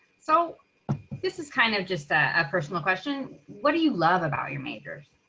so this is kind of just a personal question, what do you love about your majors.